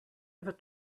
ever